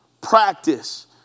Practice